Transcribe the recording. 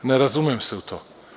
Ne razumem se u to.